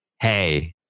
hey